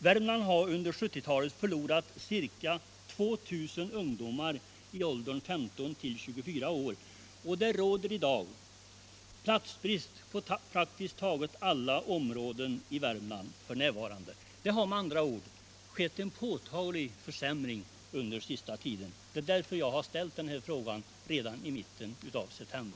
Värmland har under 1970 talet förlorat ca 2000 ungdomar i åldern 15-24 år, och det råder f.n. brist på arbetstillfällen på praktiskt taget alla områden i Värmland. Det har med andra ord skett en påtaglig försämring under den senaste tiden. Det var därför jag ställde den här frågan redan i mitten av september.